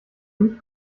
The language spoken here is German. mich